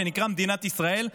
שנקרא מדינת ישראל,